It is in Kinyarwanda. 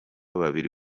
babiri